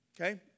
okay